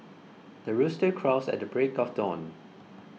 the rooster crows at the break of dawn